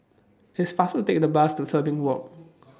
It's faster to Take The Bus to Tebing Walk